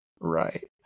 Right